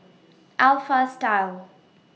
Alpha Style